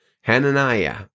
Hananiah